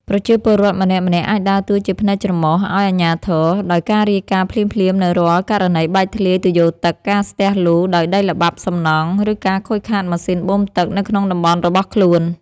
ប្រជាពលរដ្ឋម្នាក់ៗអាចដើរតួជាភ្នែកច្រមុះ ឱ្យអាជ្ញាធរ ដោយការរាយការណ៍ភ្លាមៗនូវរាល់ករណីបែកធ្លាយទុយោទឹក ការស្ទះលូដោយដីល្បាប់សំណង់ ឬការខូចខាតម៉ាស៊ីនបូមទឹកនៅក្នុងតំបន់របស់ខ្លួន។